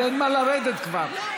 אין מה לרדת כבר.